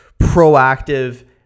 proactive